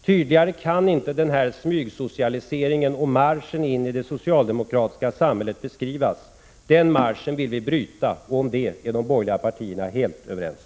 Tydligare kan inte smygsocialiseringen och marschen in i det socialdemokratiska samhället beskrivas. Den marschen vill vi bryta — om det är de borgerliga partierna helt överens.